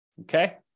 okay